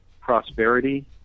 prosperity